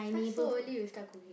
!huh! so early you start cooking